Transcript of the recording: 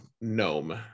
gnome